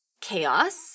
chaos